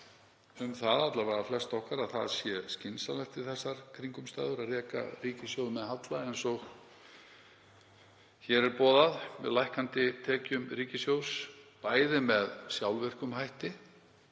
um það, alla vega flest okkar, að það sé skynsamlegt við þessar kringumstæður að reka ríkissjóð með halla eins og hér er boðað með lækkandi tekjum ríkissjóðs, bæði með sjálfvirkum hætti